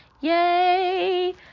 yay